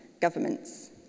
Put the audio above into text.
governments